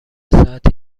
ساعتی